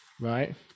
right